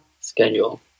schedule